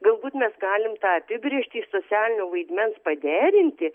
galbūt mes galim tą apibrėžtį socialinio vaidmens paderinti